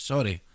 Sorry